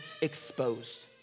exposed